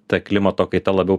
ta klimato kaita labiau